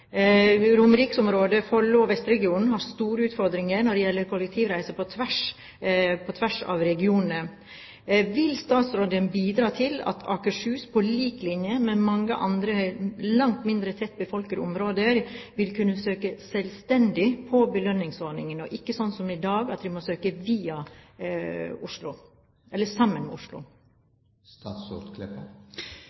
og Follo/Vesteregionen har store utfordringer når det gjelder kollektivreiser på tvers av regionene. Vil statsråden bidra til at Akershus på lik linje med mange andre langt mindre tett befolkede områder vil kunne søke selvstendig på belønningsordningen, og ikke, sånn som i dag, at de må søke sammen med Oslo? Eg har jo registrert det samarbeidet som er mellom Akershus og Oslo,